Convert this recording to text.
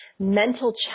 mental